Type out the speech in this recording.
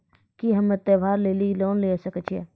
की हम्मय त्योहार लेली लोन लिये सकय छियै?